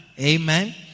Amen